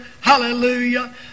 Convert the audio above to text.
hallelujah